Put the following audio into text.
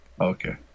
okay